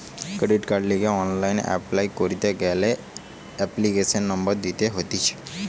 credit কার্ডের লিগে online apply করতি গ্যালে এপ্লিকেশনের নম্বর দিতে হতিছে